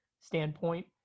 standpoint